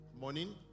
morning